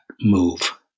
move